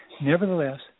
nevertheless